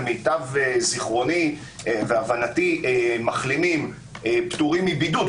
למיטב זיכרוני והבנתי מחלימים פטורים מבידוד.